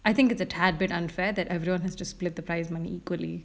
I think it's a tad bit unfair that everyone has to split the prize money equally